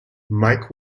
mike